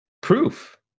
proof